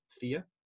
fear